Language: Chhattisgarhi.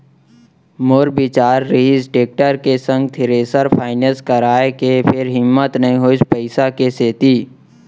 मोर बिचार रिहिस टेक्टर के संग थेरेसर फायनेंस कराय के फेर हिम्मत नइ होइस पइसा के सेती